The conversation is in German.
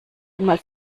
einmal